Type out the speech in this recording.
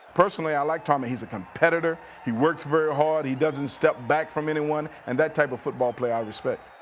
personally, i like tommy. he's a competitor. he works very hard. he doesn't step back from anyone. and that type of football player i respect.